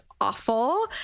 awful